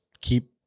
keep